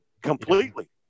completely